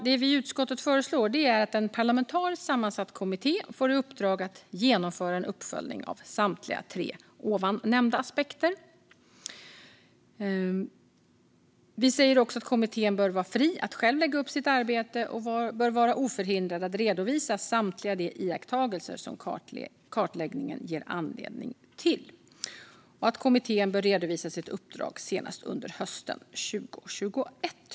Vi i utskottet föreslår att en parlamentariskt sammansatt kommitté får i uppdrag att genomföra en uppföljning av samtliga tre nämnda aspekter. Vi säger också att kommittén bör vara fri att själv lägga upp sitt arbete, och den bör vara oförhindrad att redovisa samtliga de iakttagelser som kartläggningen ger anledning till. Kommittén bör redovisa sitt uppdrag senast under hösten 2021.